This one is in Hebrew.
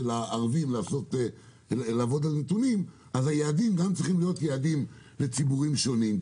הערבים לעבוד על נתונים אז היעדים גם צריכים להיות יעדים לציבורים שונים.